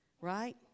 right